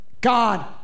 God